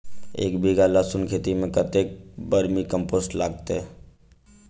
एक बीघा लहसून खेती मे कतेक बर्मी कम्पोस्ट लागतै?